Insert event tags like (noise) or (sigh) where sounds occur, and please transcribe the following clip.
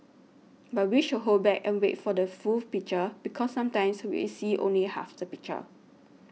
but we should hold back and wait for the full (noise) picture because sometimes we see only half the picture